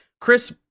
Chris